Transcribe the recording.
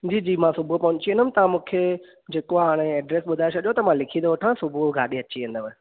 जी जी मां सुबुह जो पहुची वेंदुमि तव्हां मूंखे जेको आहे हाणे एड्रेस ॿुधाए छॾियो त मां लिखी थो वठां सुबुह जो गाॾी अची वेंदव